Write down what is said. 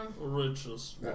Richest